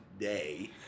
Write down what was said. day